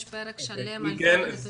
יש פרק שלם על זה.